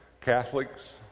Catholics